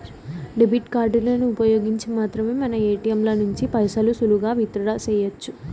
debit కార్డులను ఉపయోగించి మాత్రమే మనం ఏటియంల నుంచి పైసలు సులువుగా విత్ డ్రా సెయ్యొచ్చు